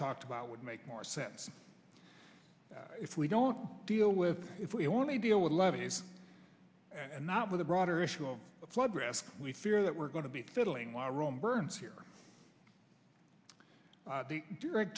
talked about would make more sense if we don't deal with if we only deal with levees and not with a broader issue of flood risk we fear that we're going to be fiddling while rome burns here the direct